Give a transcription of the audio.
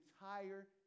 entire